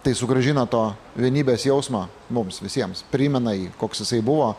tai sugrąžina to vienybės jausmą mums visiems primena jį koks jisai buvo